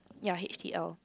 ya H_D_L